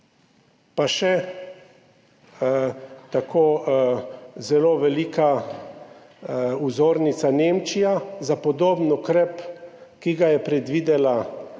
Pa še tako zelo velika vzornica Nemčija, za podoben ukrep, ki ga je predvidela za